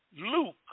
Luke